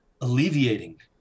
alleviating